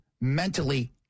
mentally